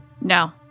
No